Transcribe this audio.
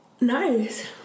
nice